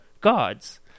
gods